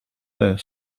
their